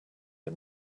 der